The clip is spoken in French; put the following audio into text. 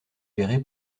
géré